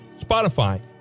Spotify